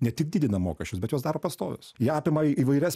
ne tik didina mokesčius bet jos daro pastovios ją apima įvairias